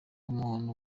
umuntu